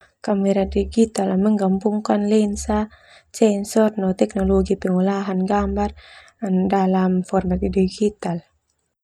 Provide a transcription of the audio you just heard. Kamera digital ah mengambungkan lensa, sensor no teknologi pengolahan gambar dalam format digital.